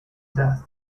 death